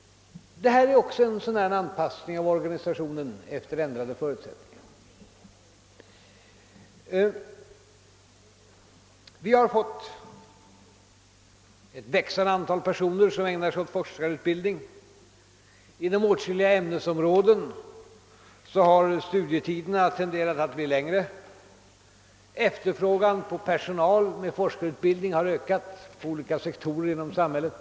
Detta är också en sådan där anpassning av organisationen till ändrade förutsättningar. Vi har fått ett växande antal personer som ägnar sig åt forskarutbildning. Inom åtskilliga ämnesområden har studietiderna tenderat att bli allt längre, efterfrågan på personal med forskarutbildning har ökat på olika sektorer inom samhället.